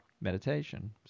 meditation